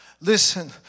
Listen